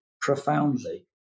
profoundly